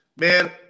man